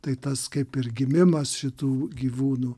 tai tas kaip ir gimimas šitų gyvūnų